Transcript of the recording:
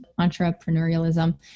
entrepreneurialism